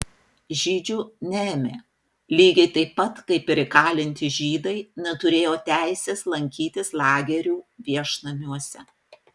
žydžių neėmė lygiai taip pat kaip ir įkalinti žydai neturėjo teisės lankytis lagerių viešnamiuose